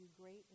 great